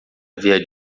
havia